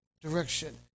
direction